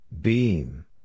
Beam